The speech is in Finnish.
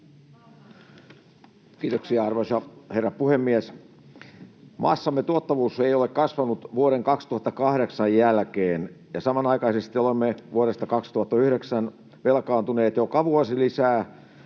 Kiitoksia, arvoisa herra puhemies! Maassamme tuottavuus ei ole kasvanut vuoden 2008 jälkeen, ja samanaikaisesti olemme vuodesta 2009 velkaantuneet joka vuosi lisää,